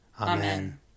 Amen